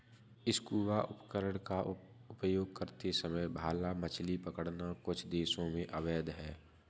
scuba उपकरण का उपयोग करते समय भाला मछली पकड़ना कुछ देशों में अवैध है